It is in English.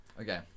Okay